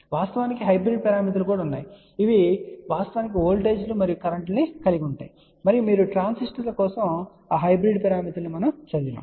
వాస్తవానికి హైబ్రిడ్ పారామితులు కూడా ఉన్నాయి ఇవి వాస్తవానికి ఓల్టేజ్ లు మరియు కరెంట్ లను కలిగి ఉంటాయి మరియు మీరు ట్రాన్సిస్టర్ల కోసం ఆ హైబ్రిడ్ పారామితులను అధ్యయనం చేసి ఉండవచ్చు